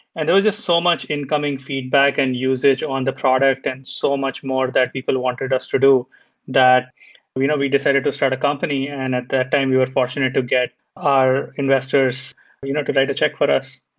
and there was just so much incoming feedback and usage on the product and so much more that people wanted us to do that we you know we decided to start a company. and at that time, we were fortunate to get our investors you know to write a check for us.